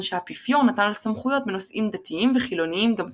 שהאפיפיור נטל סמכויות בנושאים דתיים וחילונים גם יחד.